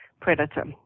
predator